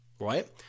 right